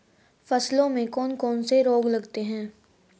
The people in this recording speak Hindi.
फसलों में कौन कौन से रोग लगते हैं?